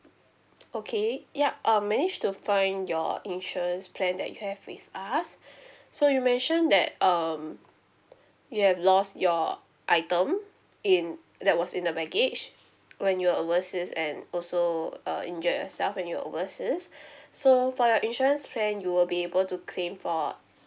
okay yup I managed to find your insurance plan that you have with us so you mentioned that um you have lost your item in that was in the baggage when you are overseas and also uh injured yourself when you're overseas so for your insurance plan you will be able to claim for